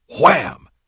Wham